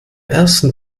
ersten